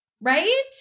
right